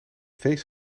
feest